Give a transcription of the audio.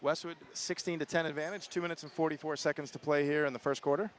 westwood sixteen that's an advantage two minutes and forty four seconds to play here in the first quarter